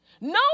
No